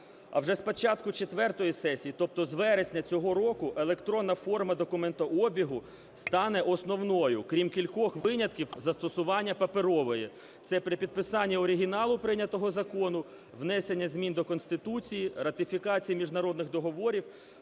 А вже з почату четвертої сесії, тобто з вересня цього року, електронна форма документообігу стане основною, крім кількох винятків застосування паперової. Це при підписані оригіналу, прийнятого закону; внесення змін до Конституції; ратифікації міжнародних договорів;